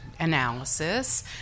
analysis